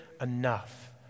enough